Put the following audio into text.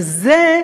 שזה,